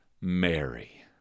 Mary